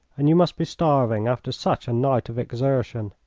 and you must be starving after such a night of exertion.